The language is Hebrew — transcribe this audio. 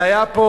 והיתה פה,